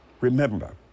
Remember